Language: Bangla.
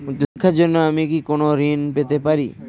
উচ্চশিক্ষার জন্য আমি কি কোনো ঋণ পেতে পারি?